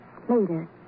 Later